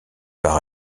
par